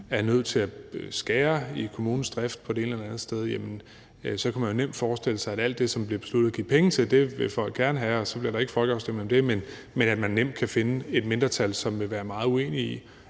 er nødt til at skære i kommunens drift det ene eller det andet sted, så kunne man nemt forestille sig, at alt det, som der bliver besluttet at give penge til, vil folk gerne have, og så bliver der ikke folkeafstemning om det, men at man nemt kan finde et mindretal, som er meget uenig i,